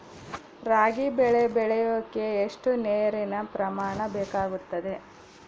ರಾಗಿ ಬೆಳೆ ಬೆಳೆಯೋಕೆ ಎಷ್ಟು ನೇರಿನ ಪ್ರಮಾಣ ಬೇಕಾಗುತ್ತದೆ?